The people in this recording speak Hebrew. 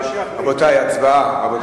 רבותי, הצבעה.